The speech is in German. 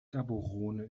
gaborone